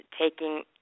taking